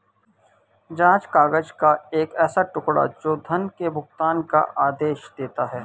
जाँच काग़ज़ का एक ऐसा टुकड़ा, जो धन के भुगतान का आदेश देता है